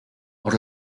por